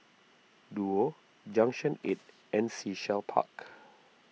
Duo Junction eight and Sea Shell Park